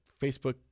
Facebook